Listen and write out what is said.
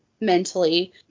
mentally